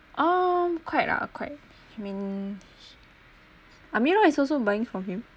uh quite ah quite I mean amira is also buying from him